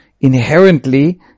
inherently